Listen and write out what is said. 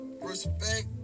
respect